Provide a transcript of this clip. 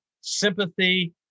sympathy